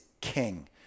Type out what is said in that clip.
king